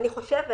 אני חושבת